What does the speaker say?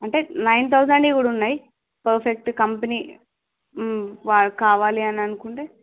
అంటే నైన్ తౌసండివి కూడా ఉన్నాయి పర్ఫెక్ట్ కంపెనీ కావాలి అని అనుకుంటే